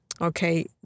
okay